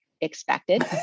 expected